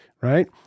right